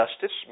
justice